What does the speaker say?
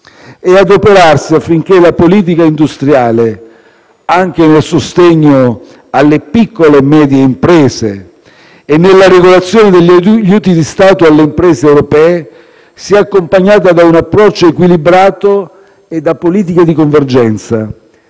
e adoperarsi affinché la politica industriale, anche nel sostegno alle piccole e medie imprese e nella regolazione degli aiuti di Stato alle imprese europee, sia accompagnata da un approccio equilibrato e da politiche di convergenza,